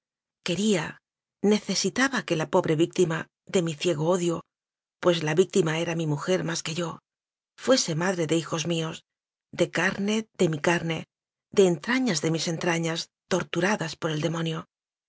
quería necesitaba que la pobre víctima de mi ciego odio pues la víctima era mi mujer más que yofuese madre de hijos míos de carne de mi carne de entrañas de mis entrañas torturadas por el demonio